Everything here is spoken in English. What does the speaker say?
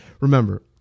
Remember